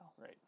right